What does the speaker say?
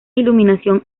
iluminación